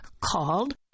called